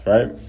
Right